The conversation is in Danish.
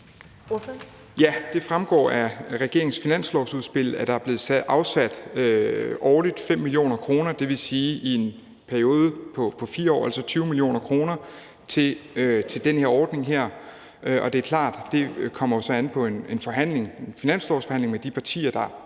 Ja, det fremgår af regeringens finanslovsudspil, at der årligt er blevet afsat 5 mio. kr., det vil altså sige 20 mio. kr. i en periode på 4 år, til den her ordning. Det er klart, at det jo så kommer an på en finanslovsforhandling med de partier, der